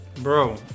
Bro